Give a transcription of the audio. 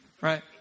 right